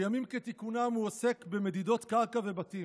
בימים כתיקונם הוא עוסק במדידות קרקע בבתים.